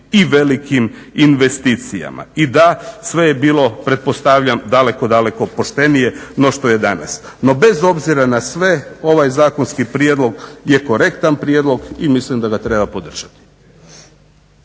i velikim investicijama. I da, sve je bilo pretpostavljam daleko, daleko poštenije no što je danas. No, bez obzira na sve ovaj zakonski prijedlog je korektan prijedlog i mislim da ga treba podržati.